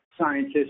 scientists